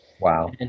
Wow